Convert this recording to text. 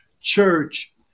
church